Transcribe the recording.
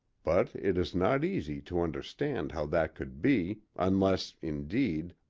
but it is not easy to understand how that could be, unless, indeed,